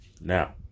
Now